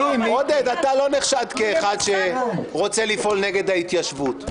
אתה לא נחשד כאחד שרוצה לפעול נגד ההתיישבות.